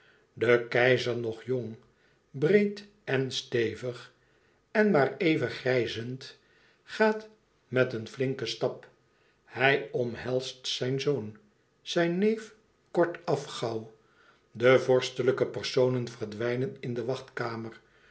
de keizer nog jong breed en stevig en maar even grijzend gaat met een flinken stap hij omhelst zijn zoon zijn neef kortaf gauw de vorstelijke personen verdwijnen in de wachtkamer